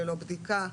ללא בדיקה,